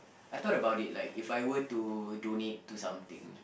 I thought about like if I were to donate to something